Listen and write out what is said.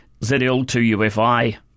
ZL2UFI